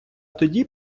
тоді